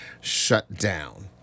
shutdown